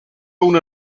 una